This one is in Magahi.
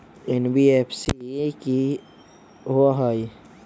एन.बी.एफ.सी कि होअ हई?